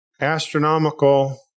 astronomical